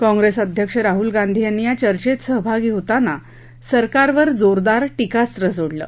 काँप्रेस अध्यक्ष राहुल गांधी यांनी या चर्चेत सहभागी होताना सरकारवर जोरदार टिकास्त्र सोडलं